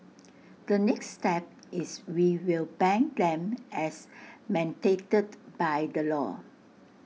the next step is we will ban them as mandated by the law